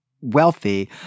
wealthy